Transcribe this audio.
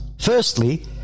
Firstly